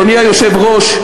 אדוני היושב-ראש,